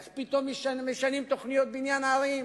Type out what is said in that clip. איך פתאום משנים תוכניות בניין ערים,